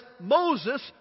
Moses